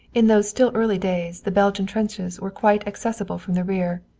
in those still early days the belgian trenches were quite accessible from the rear.